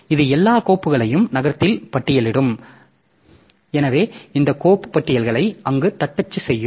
இது எல்லா கோப்புகளையும் நகரத்தில் பட்டியலிடும் எனவே இந்த கோப்பு பட்டியல்களை அங்கு தட்டச்சு செய்யும்